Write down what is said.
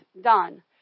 done